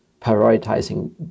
prioritizing